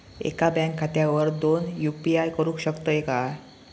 एका बँक खात्यावर दोन यू.पी.आय करुक शकतय काय?